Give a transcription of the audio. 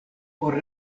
por